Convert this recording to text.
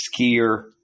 skier